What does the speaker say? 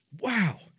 wow